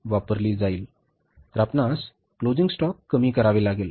तर आपणास closing stock कमी करावे लागेल